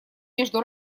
между